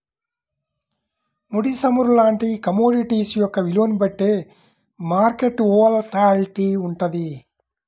ముడి చమురు లాంటి కమోడిటీస్ యొక్క విలువని బట్టే మార్కెట్ వోలటాలిటీ వుంటది